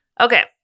Okay